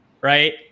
right